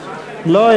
לא?